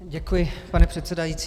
Děkuji, pane předsedající.